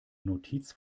notiz